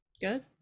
Good